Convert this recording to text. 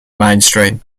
mainstream